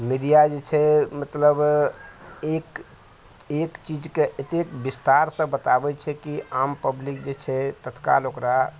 media जे छै मतलब एक एक चीजके एतेक बिस्तार सऽ बताबै छै की आम पब्लिक जे छै तत्काल ओकरा